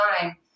time